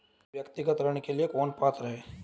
व्यक्तिगत ऋण के लिए कौन पात्र है?